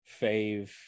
fave